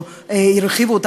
או ירחיבו,